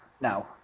now